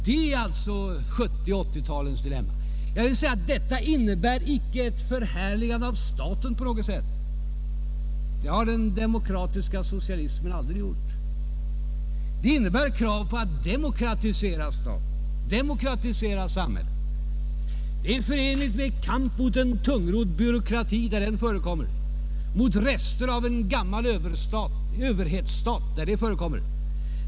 Det är alltså 1970 och 1980-talens dilemma som måste lösas. Detta innebär inte på något sätt ett förhärligande av staten. Det har den demokratiska socialismen aldrig gjort sig skyldig till. Det innebär krav på en demokratisering av staten och samhället. Det är förenligt med kampen mot en tungrodd byråkrati, där den förekommer, och mot rester av en gammal överhetsstat där den förekommer.